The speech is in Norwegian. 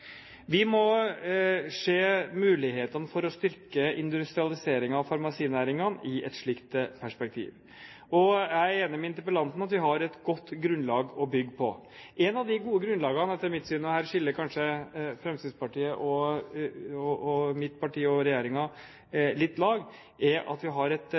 Vi må se mulighetene for å styrke industrialiseringen av farmasinæringen i et slikt perspektiv. Jeg er enig med interpellanten i at vi har et godt grunnlag å bygge på. Etter mitt syn er et av de gode grunnlagene – og her skiller kanskje Fremskrittspartiet og mitt parti og regjeringen litt lag – at vi har et